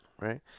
Right